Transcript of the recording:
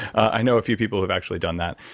i know a few people who've actually done that.